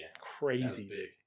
crazy